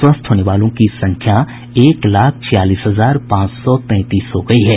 स्वस्थ होने वालों की संख्या एक लाख छियालीस हजार पांच सौ तैंतीस हो गयी है